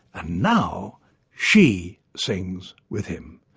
and now she sings with him.